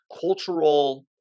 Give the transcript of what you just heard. cultural